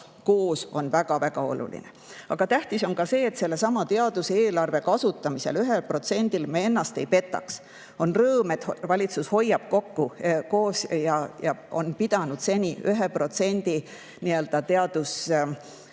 koos on väga-väga oluline. Aga tähtis on ka see, et sellesama teaduse eelarve 1% kasutamisel me ennast ei petaks. On rõõm, et valitsus hoiab kokku ja koos on pidanud [oluliseks] eelarves